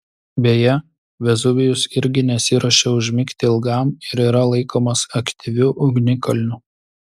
beje vezuvijus irgi nesiruošia užmigti ilgam ir yra laikomas aktyviu ugnikalniu